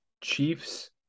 Chiefs